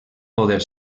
poder